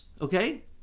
okay